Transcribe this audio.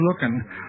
looking